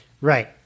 Right